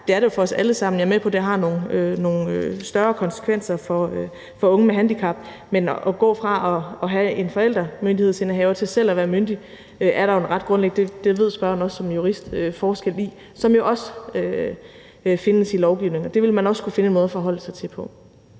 Det er der for os alle sammen. Jeg er med på, at det har nogle større konsekvenser for unge med handicap, men at gå fra at have en forældremyndighedsindehaver til selv at være myndig er der en ret stor forskel i, som også findes i lovgivningen – det ved spørgeren også som jurist – og det vil man også kunne finde en måde at forholde sig til på.